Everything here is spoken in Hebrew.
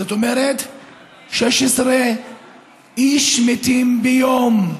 זאת אומרת, 16 איש מתים ביום.